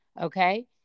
okay